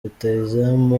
rutahizamu